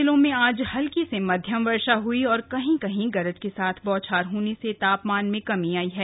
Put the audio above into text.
जिलों में आज हल्की से मध्यम वर्षा हुयी और कहीं कहीं गरज के साथ बौछार होने से तापमान में कमी आयी है